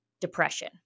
depression